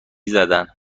زدن